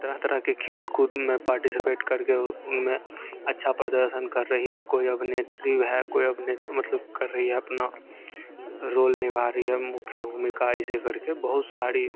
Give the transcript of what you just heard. तरह तरह के खेल कूद में पार्टीसीपेट करके उनमें अच्छा प्रदर्शन कर रही हैं कोई अभिनेत्री है कोई अभिनेत मतलब कर रही है अपना रोल निभा रही है मुख्य भूमिका ऐसे करके बहुत साड़ी